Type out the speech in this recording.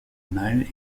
mâles